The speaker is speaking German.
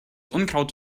unkraut